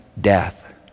death